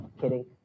kidding